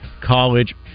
college